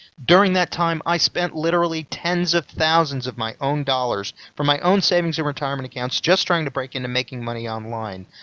during that time i spent literally tens of thousands of my own dollars, from my own savings and retirement accounts just trying to break into making money on line.